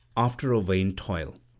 after a vain toil.